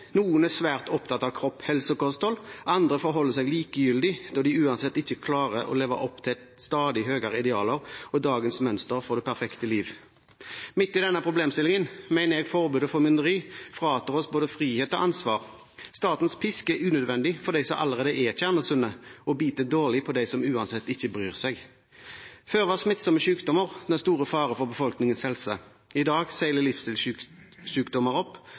Noen er svært opptatt av kropp, helse og kosthold, andre forholder seg likegyldig, da de uansett ikke klarer å leve opp til stadig høyere idealer og dagens mønster for det perfekte liv. Midt i denne problemstillingen mener jeg forbud og formynderi fratar oss både frihet og ansvar. Statens pisk er unødvendig for dem som allerede er kjernesunne, og biter dårlig på dem som uansett ikke bryr seg. Før var smittsomme sykdommer den store fare for befolkningens helse. I dag seiler livsstilssykdommer opp